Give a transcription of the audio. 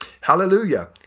Hallelujah